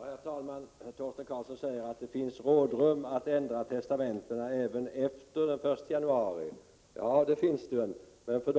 Herr talman! Torsten Karlsson säger att det finns rådrum att ändra testamente även efter den 1 januari. Ja, det finns det. Men för